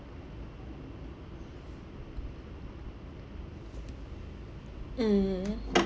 mm